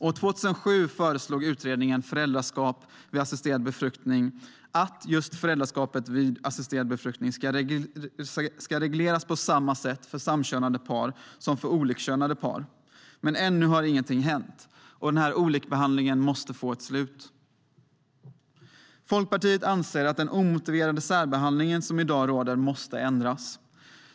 År 2007 föreslog Utredningen om föräldraskap vid assisterad befruktning att just föräldraskapet vid assisterad befruktning ska regleras på samma sätt för samkönade par som för olikkönade par. Men ännu har ingenting hänt. Denna olikbehandling måste få ett slut. Folkpartiet anser att den omotiverade särbehandling som i dag råder måste ändras.